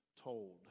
told